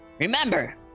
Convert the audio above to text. Remember